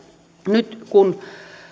nyt